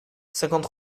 cinquante